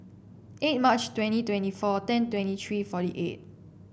eight March twenty twenty four ten twenty three forty eight